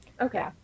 Okay